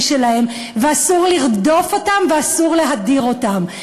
שלהם ואסור לרדוף אותם ואסור להדיר אותם.